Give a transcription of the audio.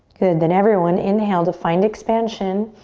good, then everyone inhale to find expansion.